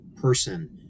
person